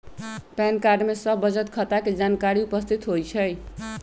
pan card में सभ बचत खता के जानकारी उपस्थित होइ छइ